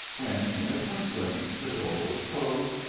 when, in a twinkling, the door was closed,